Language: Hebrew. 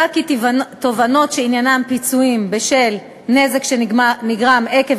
תובענות שעניינן פיצויים בשל נזק שנגרם עקב